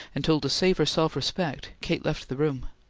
until to save her self-respect, kate left the room.